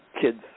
kids